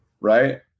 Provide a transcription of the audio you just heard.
right